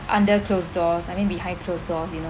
under closed doors I mean behind closed doors you know